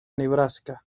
nebraska